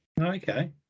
Okay